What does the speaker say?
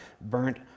burnt